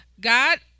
God